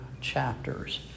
chapters